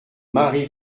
marie